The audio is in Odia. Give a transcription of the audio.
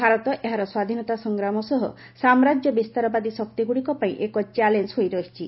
ଭାରତ ଏହାର ସ୍ୱାଧୀନତା ସଂଗ୍ରାମ ସହ ସାମ୍ରାଜ୍ୟ ବିସ୍ତାରବାଦୀ ଶକ୍ତିଗୁଡ଼ିକ ପାଇଁ ଏକ ଚ୍ୟାଲେଞ୍ଜ ହୋଇ ରହିଛି